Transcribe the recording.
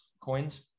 coins